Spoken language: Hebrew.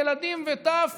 ילדים וטף,